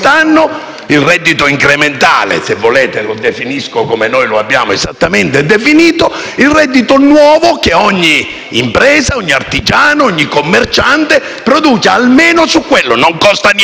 il reddito incrementale (se volete lo definisco esattamente come abbiamo fatto noi), il reddito nuovo che ogni impresa, ogni artigiano, ogni commerciante produce. Almeno quello. Non costa niente.